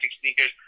sneakers